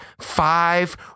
five